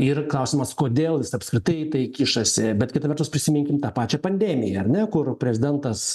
ir klausimas kodėl jis apskritai į tai kišasi bet kita vertus prisiminkim tą pačią pandemiją ar ne kur prezidentas